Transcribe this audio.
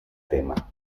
tema